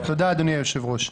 תודה, אדוני היושב-ראש.